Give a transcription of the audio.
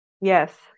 Yes